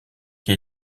qui